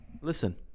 Listen